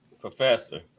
Professor